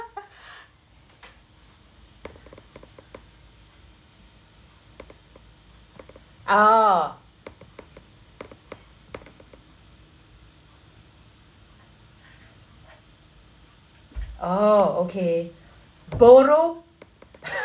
oh oh okay borrow